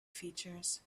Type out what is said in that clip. features